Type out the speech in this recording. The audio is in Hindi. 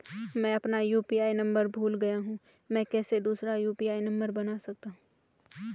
मैं अपना यु.पी.आई नम्बर भूल गया हूँ मैं कैसे दूसरा यु.पी.आई नम्बर बना सकता हूँ?